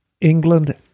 England